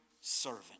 servant